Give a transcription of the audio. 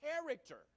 character